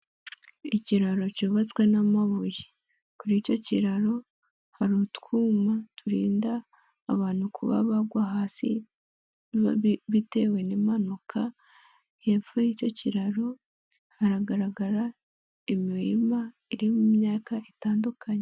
Ikiraro cyubatswe n'amabuye. Kuri icyo kiraro hari utwuma turinda abantu kuba bagwa hasi bitewe n'impanuka. Hepfo y'icyo kiraro haragaragara imirima irimo imyaka itandukanye.